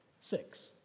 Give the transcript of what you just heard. six